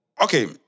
Okay